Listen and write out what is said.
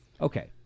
Okay